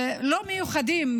לא מיוחדים,